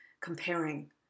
comparing